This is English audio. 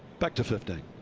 back to fifteen.